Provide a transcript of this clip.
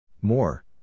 More